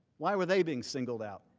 why were they being singled out?